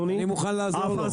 אדוני --- אני מוכן לעזור לו.